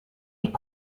est